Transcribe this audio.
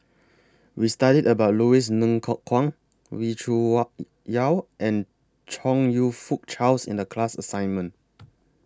We studied about Louis Ng Kok Kwang Wee Cho Yaw and Chong YOU Fook Charles in The class assignment